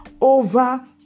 over